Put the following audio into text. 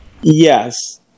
Yes